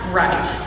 right